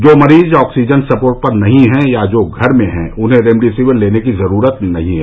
जो मरीज oxygen support पर नहीं है या जो घर में हैं उन्हें रेमडेसिविर लेने की जरूरत नहीं है